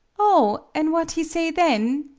oh! an' what he say then,